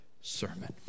sermon